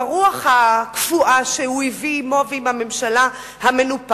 עם הרוח הקפואה שהוא הביא עמו ועם הממשלה המנופחת,